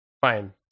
fine